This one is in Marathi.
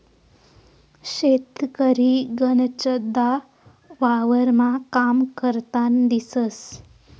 शेतकरी गनचदा वावरमा काम करतान दिसंस